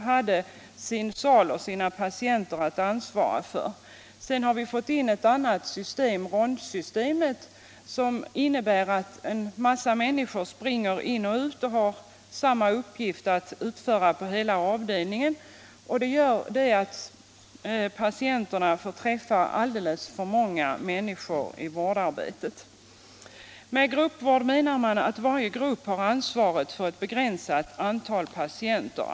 Man hade sin sal och sina patienter att ansvara för. Sedan har vi fått ett annat system, nämligen rondsystemet, som innebär att en massa människor springer in och ut och har samma uppgifter att utföra på hela avdelningen. Det göra att patienterna får träffa alldeles för många människor i vårdarbetet. Med gruppvård menar man att varje grupp har ansvaret för ett begränsat antal patienter.